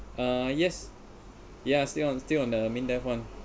yes ya still on still on the MINDEF [one]